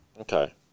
Okay